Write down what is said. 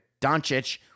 Doncic